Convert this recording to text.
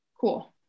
Cool